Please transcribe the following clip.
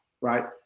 right